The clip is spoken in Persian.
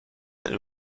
این